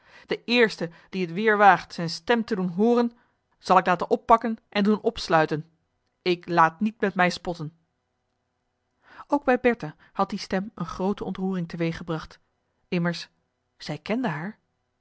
de eerste die het weer waagt zijne stem te doen hooren zal ik laten oppakken en doen opsluiten ik laat niet met mij sponzen ook bij bertha had die stem eene groote ontroering teweeggebracht immers zij kende haar